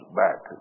back